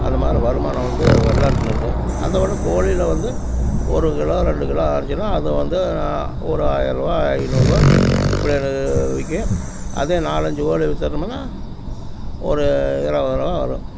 அந்த மாரி வருமானம் வந்து வெள்ளாட்டில் இருக்குது அதோடு கோழியில் வந்து ஒரு கிலோ ரெண்டு கிலோ ஆகிச்சுன்னா அதுவும் வந்து ஒரு ஆயர்ருபா ஐநூறுபா இப்படி விற்கும் அதே நாலஞ்சு கோழி விற்றுட்டோமுனா ஒரு கிலோ வரும் வரும்